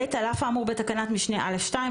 על אף האמור בתקנת משנה (א)(2),